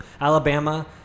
Alabama